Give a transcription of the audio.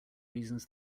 reasons